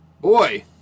boy